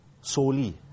solely